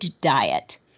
diet